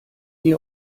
ihr